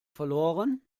verloren